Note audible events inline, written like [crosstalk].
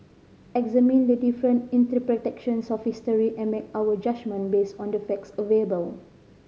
examine the different [unintelligible] of history and make our judgement based on the facts available